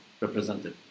represented